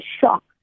shock